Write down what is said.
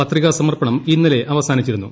പത്രികാസമർപ്പണം ഇന്നലെ അവസാനിച്ചിരുന്നു